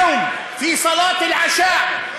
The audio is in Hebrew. (אומר דברים בשפה הערבית,